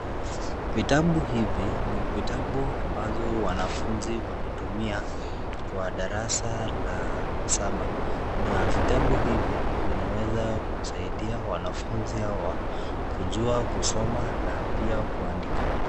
Vitabu hivi ni vitabu ambazo wanafunzi wanatumia kwa darasa la saba na vitabu hivi vianweza kusaidia wanafunzi hawa kujua kusoma na pia kuandika.